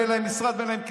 אין להם משרד ואין להם כיסא.